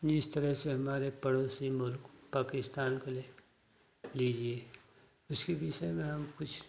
जिस तरह से हमारे पड़ोसी मुल्क पाकिस्तान को ले लीजिये उसी दिसा में हम कुछ